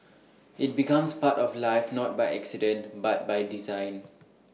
IT becomes part of life not by accident but by design